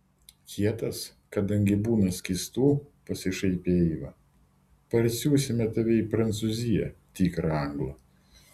kietas kadangi būna skystų pasišaipė eiva parsiųsime tave į prancūziją tikrą anglą